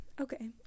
okay